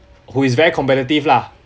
who is very competitive lah